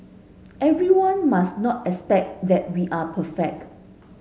everyone must not expect that we are perfect